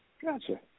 Gotcha